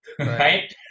right